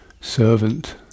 servant